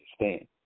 understand